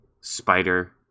spider